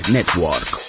Network